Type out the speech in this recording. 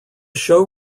show